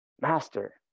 master